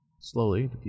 slowly